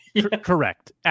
Correct